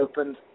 opened